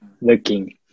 looking